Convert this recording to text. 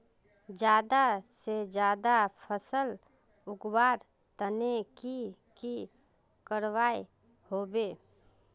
ज्यादा से ज्यादा फसल उगवार तने की की करबय होबे?